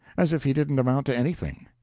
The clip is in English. as if he didn't amount to anything.